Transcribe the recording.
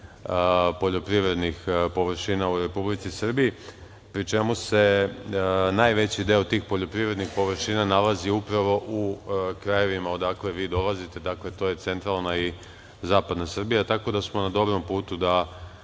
poljoprivrednih površina u Republici Srbiji, pri čemu se najveći deo tih poljoprivrednih površina nalazi upravo u krajevima odakle vi dolazite, dakle, to je centralna i zapadna Srbija. Tako da smo na dobrom putu da